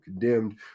condemned